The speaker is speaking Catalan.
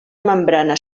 membrana